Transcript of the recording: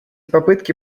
попытки